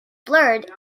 blurred